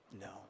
No